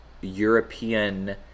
European